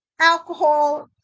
alcohol